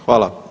Hvala.